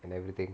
and everything